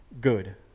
good